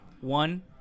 One